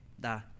da